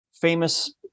famous